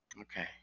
Okay